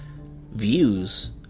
views